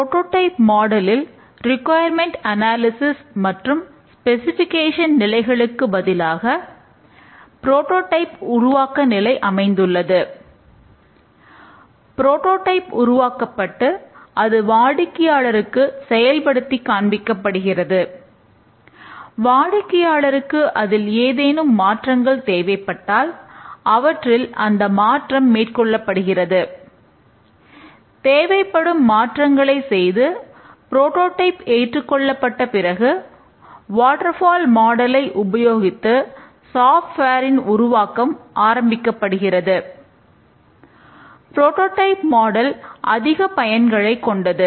prototype மாடலில் அதிக பயன்களை கொண்டது